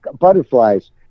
Butterflies